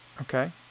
okay